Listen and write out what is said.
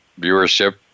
viewership